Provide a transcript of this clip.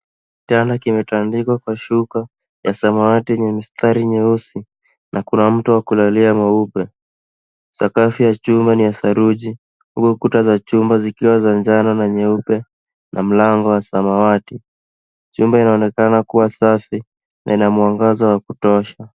Kitanda kimetandikwa kwa shuka ya samawati yenye mstari nyeusi na kuna mto wa kulalia mweupe. Sakafu ya chumba ni ya saruji, huku kuta za chumba zikiwa za njano na nyeupe na mlango wa samawati. Chumba inaonekana kuwa safi na ina mwangaza wa kutosha.